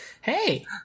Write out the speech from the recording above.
hey